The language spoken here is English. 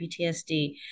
PTSD